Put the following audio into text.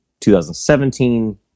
2017